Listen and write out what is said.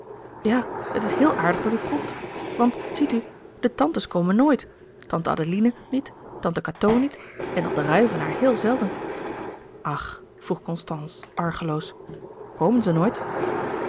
ja het is heel aardig dat u komt want ziet u de tantes komen nooit tante adeline niet tante cateau niet en tante ruyvenaer heel zelden ach vroeg constance argeloos komen ze nooit